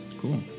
Cool